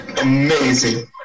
amazing